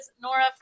Nora